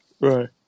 Right